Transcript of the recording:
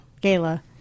gala